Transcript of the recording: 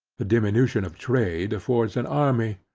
the diminution of trade affords an army,